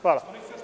Hvala.